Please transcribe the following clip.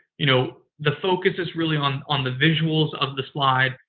you know, the focus is really on on the visuals of the slide.